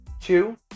Two